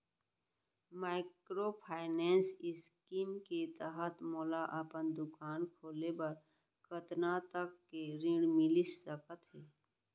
Microfinance scheme के तहत मोला अपन दुकान खोले बर कतना तक के ऋण मिलिस सकत हे?